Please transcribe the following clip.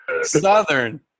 Southern